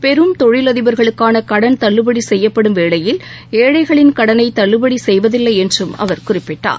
பெரும் தொழில் அதிபர்களுக்கான கடன் தள்ளுபடி செய்யப்படும் வேளையில் ஏழைகளின் கடனை தள்ளுபடி செய்வதில்லை என்றும் அவர் குறிப்பிட்டார்